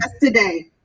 today